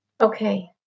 Okay